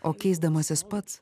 o keisdamasis pats